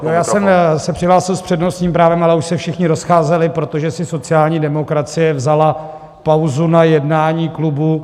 Já jsem se přihlásil s přednostním právem, ale už se všichni rozcházeli, protože si sociální demokracie vzala pauzu na jednání klubu.